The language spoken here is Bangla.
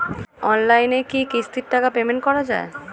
অনলাইনে কি কিস্তির টাকা পেমেন্ট করা যায়?